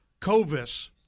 Covis